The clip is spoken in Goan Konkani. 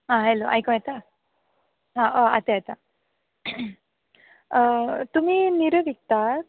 आं हेलो आयको येता आं अ आतां येता तुमी निरो विकतात